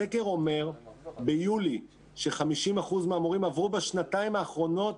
הסקר אומר ביולי ש-50% מהמורים עברו בשנתיים האחרונות